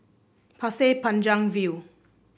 Pasir Panjang View